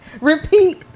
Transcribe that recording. Repeat